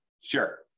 Sure